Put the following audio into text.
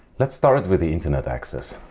let's start with the internet access.